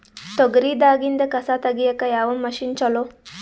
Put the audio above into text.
ತೊಗರಿ ದಾಗಿಂದ ಕಸಾ ತಗಿಯಕ ಯಾವ ಮಷಿನ್ ಚಲೋ?